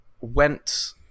went